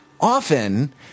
often